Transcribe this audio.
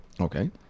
okay